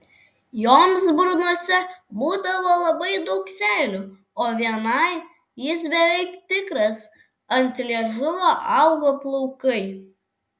joms burnose būdavo labai daug seilių o vienai jis beveik tikras ant liežuvio augo plaukai